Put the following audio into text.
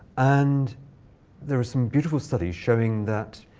and there are some beautiful studies showing that,